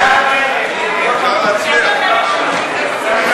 ההצעה להעביר את הצעת חוק לתיקון פקודת התעבורה